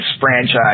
franchise